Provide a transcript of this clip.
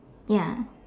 ya